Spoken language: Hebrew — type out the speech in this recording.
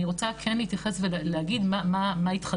אני רוצה כן להתייחס ולהגיד מה התחדש.